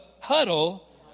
huddle